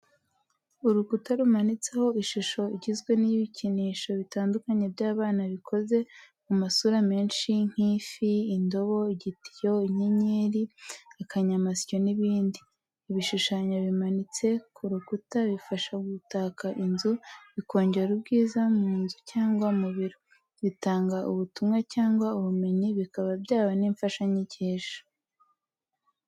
Urukuta rumanitseho ishusho igizwe n'ibikinisho bitandukanye by'abana bikoze mu masura menshi nk'ifi, indobo, igitiyo, inyenyeri, akanyamasyo n'ibindi. Ibishushanyo bimanitse ku rukuta bifasha gutaka inzu, bikongera ubwiza mu nzu cyangwa mu biro. Bitanga ubutumwa cyangwa ubumenyi, bikaba byaba n'imfashanyigisho.